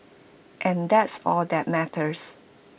and that's all that matters